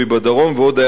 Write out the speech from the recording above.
ועוד היד נטויה.